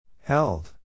Held